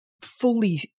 fully